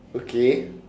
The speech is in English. okay